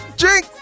drink